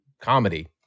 comedy